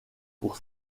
pour